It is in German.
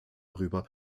darüber